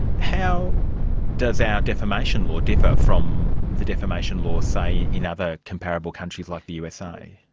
how does our defamation law differ from the defamation laws say, in other comparable countries like the usa?